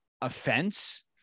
offense